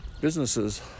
Businesses